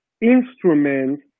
instruments